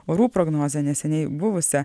orų prognozę neseniai buvusią